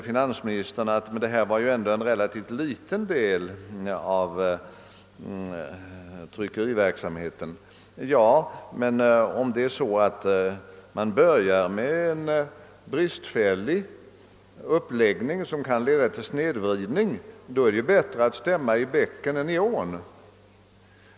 Finansministern invände att det här ju ändå gällde en relativt liten del av tryckeriverksamheten. Ja, men om man börjar en verksamhet med en bristfällig uppläggning som kan leda till snedvridning, så är det som bekant bättre att stämma i bäcken än i ån.